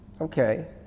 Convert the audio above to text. okay